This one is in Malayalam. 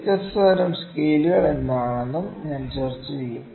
വ്യത്യസ്ത തരം സ്കെയിലുകൾ എന്താണെന്നും ഞാൻ ചർച്ച ചെയ്യും